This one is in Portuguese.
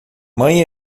mãe